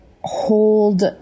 hold